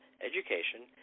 education